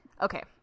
Okay